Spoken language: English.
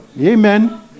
amen